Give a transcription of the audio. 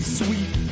sweet